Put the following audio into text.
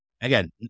Again